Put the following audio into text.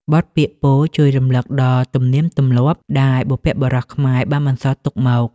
បទពាក្យពោលជួយរំលឹកដល់ទំនៀមទម្លាប់ដែលបុព្វបុរសខ្មែរបានបន្សល់ទុកមក។